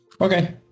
Okay